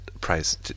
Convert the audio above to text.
price